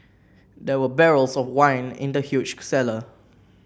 there were barrels of wine in the huge cellar